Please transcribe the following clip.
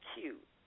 cute